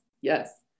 yes